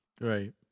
Right